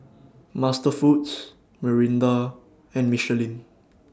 MasterFoods Mirinda and Michelin